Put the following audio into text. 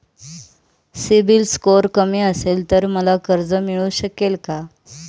CIBIL score कमी असेल तर मला कर्ज मिळू शकेल का?